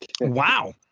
Wow